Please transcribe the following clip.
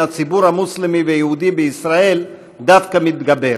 הציבור המוסלמי והיהודי בישראל דווקא מתגבר.